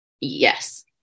yes